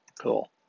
Cool